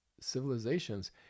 civilizations